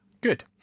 good